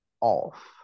off